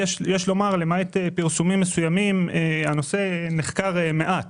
יש לומר שלמעט פרסומים מסוימים הנושא נחקר מעט.